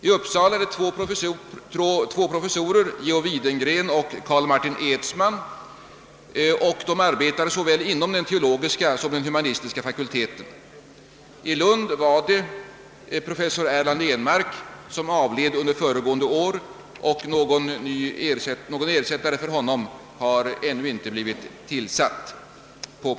I Uppsala företräds ämnet av professorerna Geo Widengren och Carl-Martin Edsman, vilka arbetar inom både den teologiska och den humanistiska fakulteten. I Lund har ämnet företrätts av professor Erland Ehnmark. Han avled under föregående år, och någon ersättare för honom har ännu inte tillsatts.